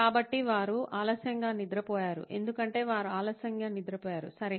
కాబట్టి వారు ఆలస్యంగా నిద్రపోయారు ఎందుకంటే వారు ఆలస్యంగా నిద్రపోయారు సరే